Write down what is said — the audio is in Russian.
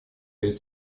перед